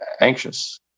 Anxious